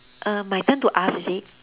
err my turn to ask is it